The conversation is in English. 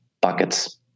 buckets